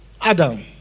Adam